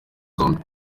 zombi